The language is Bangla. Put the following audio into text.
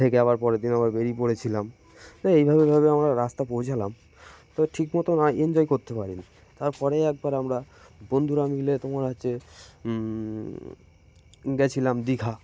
থেকে আবার পরের দিন আবার বেরিয়ে পড়েছিলাম তো এইভাবেভাবে আমরা রাস্তা পৌঁছালাম তো ঠিক মতো না এনজয় করতে পারিনি তারপরে একবার আমরা বন্ধুরা মিলে তোমার হচ্ছে গিয়েছিলাম দীঘা